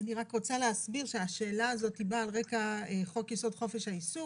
אני רק רוצה להסביר שהשאלה הזאת באה על רקע חוק יסוד: חופש העיסוק